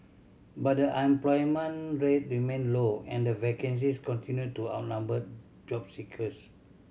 but the unemployment rate remained low and vacancies continued to outnumber job seekers